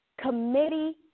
Committee